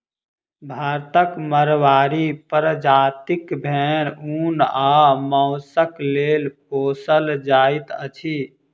भारतक माड़वाड़ी प्रजातिक भेंड़ ऊन आ मौंसक लेल पोसल जाइत अछि